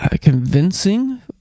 convincing